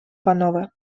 панове